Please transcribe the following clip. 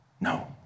No